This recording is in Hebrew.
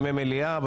ימי מליאה,